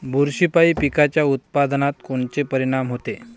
बुरशीपायी पिकाच्या उत्पादनात कोनचे परीनाम होते?